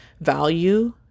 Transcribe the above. value